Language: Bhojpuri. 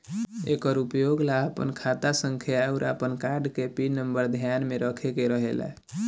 एकर उपयोग ला आपन खाता संख्या आउर आपन कार्ड के पिन नम्बर ध्यान में रखे के रहेला